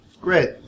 Great